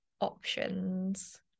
options